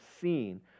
seen